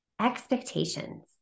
expectations